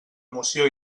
emoció